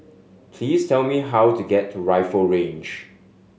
please tell me how to get to Rifle Range